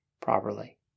properly